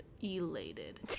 elated